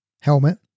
helmet